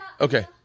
Okay